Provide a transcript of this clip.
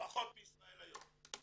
פחות מישראל היום.